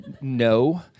No